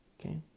okay